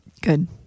Good